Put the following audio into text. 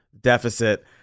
deficit